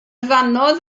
ddannoedd